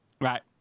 Right